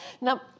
Now